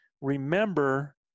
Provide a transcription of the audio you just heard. remember